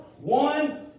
One